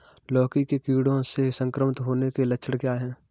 लौकी के कीड़ों से संक्रमित होने के लक्षण क्या हैं?